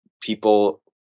people